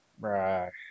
Right